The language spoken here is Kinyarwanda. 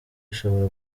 ishobora